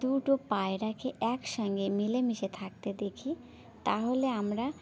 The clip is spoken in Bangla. দুটো পায়রাকে একসঙ্গে মিলেমিশে থাকতে দেখি তা হলে আমরা